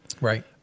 right